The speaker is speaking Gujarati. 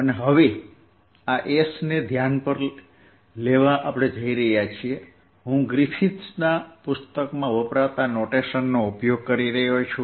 અને હવે આ S ને ધ્યાન પર લેવા જઈ રહ્યા છીએ હું ગ્રિફિથ્સના પુસ્તકમાં વપરાતા નોટેશનનો ઉપયોગ કરી રહ્યો છું